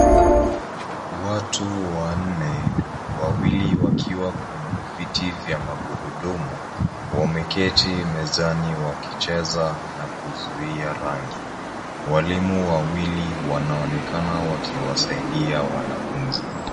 Watu wanne, wawili wakiwa kwenye viti vya magurudumu, wameketi mezani wakicheza na kuzuia rangi. Walimu wawili wanaonekana wakiwasaidia wanafunzi.